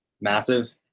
massive